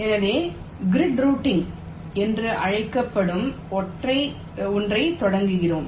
எனவே grid routing என்று அழைக்கப்படும் ஒன்றைத் தொடங்குகிறோம்